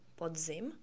podzim